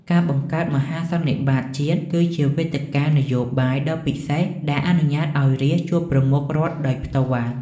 ការបង្កើត "មហាសន្និបាតជាតិ" គឺជាវេទិកានយោបាយដ៏ពិសេសដែលអនុញ្ញាតឱ្យរាស្ត្រជួបប្រមុខរដ្ឋដោយផ្ទាល់។